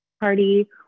party